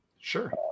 sure